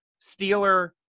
Steeler